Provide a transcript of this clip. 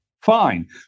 Fine